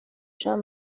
jean